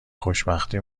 خوشبختی